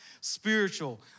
spiritual